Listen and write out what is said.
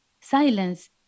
Silence